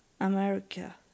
America